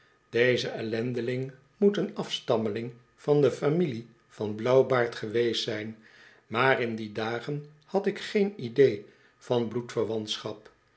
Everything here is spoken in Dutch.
deze ellendeling moet een afstammeling van de familie van blauwbaard geweest zijn maar in die dagen had ik geen idee van